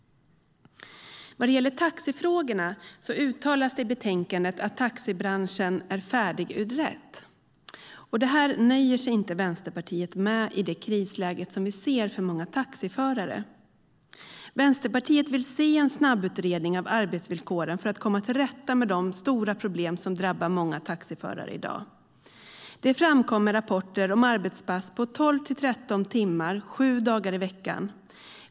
Vad gäller taxifrågorna uttalas det i betänkandet att taxibranschen är färdigutredd. Det nöjer sig inte Vänsterpartiet med, i det krisläge som vi ser för många taxiförare. Vänsterpartiet vill se en snabbutredning av arbetsvillkoren, för att komma till rätta med de stora problem som drabbar många taxiförare i dag. Det kommer rapporter om arbetspass på 12-13 timmar sju dagar i veckan.